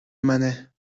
منه